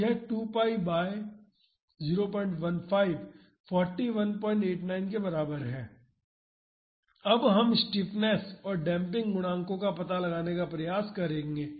तो 2 π बाई 015 4189 के बराबर है अब हम स्टिफनेस और डेम्पिंग गुणांकों का पता लगाने का प्रयास करेंगे